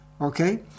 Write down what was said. Okay